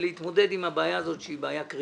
אנחנו ננסה לקיים את הדיון הזה,